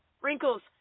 wrinkles